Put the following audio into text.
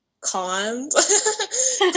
cons